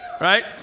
right